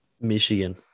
Michigan